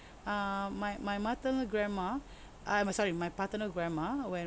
err my my maternal grandma uh I'm sorry my paternal grandma when